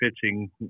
pitching